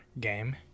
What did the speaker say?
game